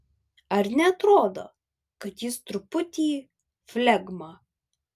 ar neatrodo kad jis truputį flegma